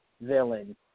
villain